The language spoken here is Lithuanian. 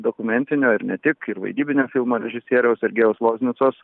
dokumentinio ir ne tik ir vaidybinio filmo režisieriaus sergejaus ložnicos